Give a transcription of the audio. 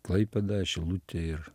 klaipėda šilutė ir